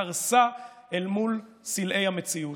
קרסה אל מול סלעי המציאות.